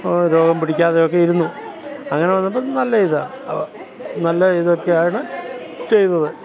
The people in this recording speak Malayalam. ഓഹ് രോഗം പിടിക്കാതെയും ഒക്കെ ഇരുന്നു അങ്ങനെ വന്നപ്പം നല്ലയിതാണ് നല്ല ഇതൊക്കെയാണ് ചെയ്തത്